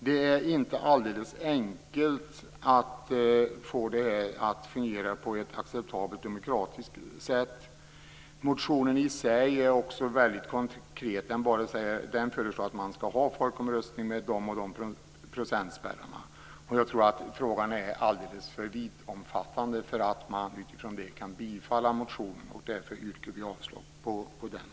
Det är inte alldeles enkelt att få det här att fungera på ett acceptabelt demokratiskt sätt. Motionen i sig är väldigt konkret. Där föreslås att man skall folkomröstning med de och de procentspärrarna. Jag tror att frågan är alldeles för vittomfattande för att man utifrån det kan bifalla motionen. Därför yrkar jag avslag på den.